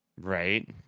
right